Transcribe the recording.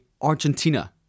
Argentina